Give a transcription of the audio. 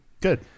good